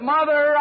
Mother